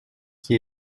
qui